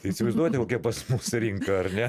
įsivaizduojate kokia pas mus rinka ar ne